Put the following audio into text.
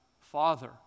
father